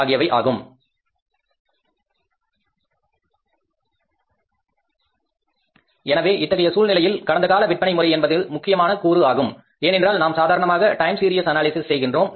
ஆகியவை ஆகும் எனவே இத்தகைய சூழ்நிலையில் கடந்தகால விற்பனை முறை என்பது முக்கியமான கூறு ஆகும் ஏனென்றால் நாம் சாதாரணமாக டைம் சீரிஸ் அனாலிசிஸ் செல்கின்றோம்